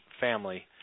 family